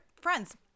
friends